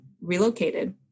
relocated